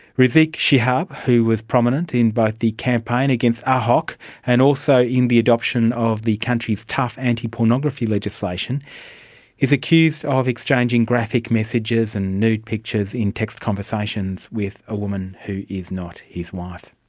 rizieq shihab, who was prominent in both the campaign against ahok and also in the adoption of the country's tough anti-pornography legislation, he is accused of exchanging graphic messages and need pictures in text conversations with a woman who is not his wife.